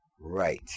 Right